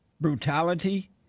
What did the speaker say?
brutality